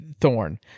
thorn